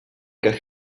que